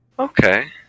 Okay